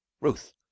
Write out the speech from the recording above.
ruth